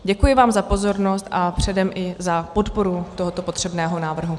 Děkuji vám za pozornost a předem i za podporu tohoto potřebného návrhu.